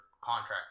contract